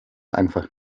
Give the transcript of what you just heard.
einfach